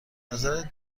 نظرت